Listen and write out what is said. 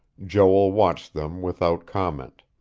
joel watched them without comment.